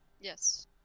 Yes